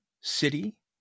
city